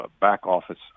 back-office